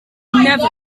never